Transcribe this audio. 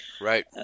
Right